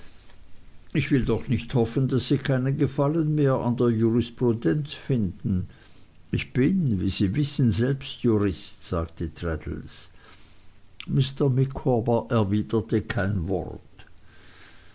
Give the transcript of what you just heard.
ich will doch nicht hoffen daß sie keinen gefallen mehr an der jurisprudenz finden ich bin wie sie wissen selbst jurist sagte traddles mr micawber erwiderte kein wort